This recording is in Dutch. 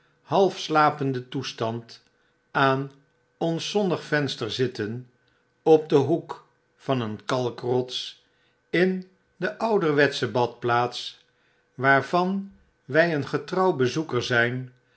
half slapenden toestand aan ons zonnig venster zitten op den hoek van een kalkrots in de oiiderwetsche badplaats waarvan wij een getrouw bezoeker zijn